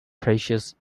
precious